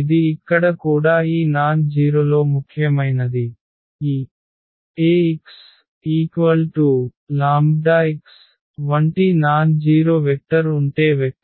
ఇది ఇక్కడ కూడా ఈ నాన్ జీరొలో ముఖ్యమైనది ఈ Ax λx వంటి నాన్ జీరొ వెక్టర్ ఉంటే వెక్టర్